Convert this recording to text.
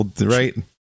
Right